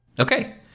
Okay